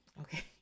Okay